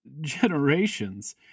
Generations